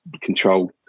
control